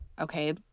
okay